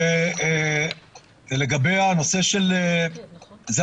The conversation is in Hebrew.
לגבי הנושא של --- אנחנו